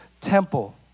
temple